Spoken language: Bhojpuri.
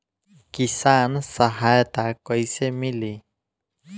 किसान सहायता कईसे मिली?